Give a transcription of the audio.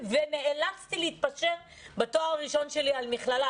ונאלצתי להתפשר בתואר הראשון שלי על מכללה,